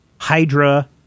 Hydra